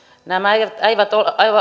nämä eivät eivät